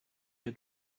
get